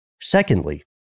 Secondly